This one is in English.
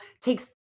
takes